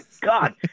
God